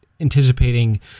anticipating